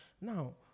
Now